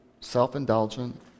self-indulgent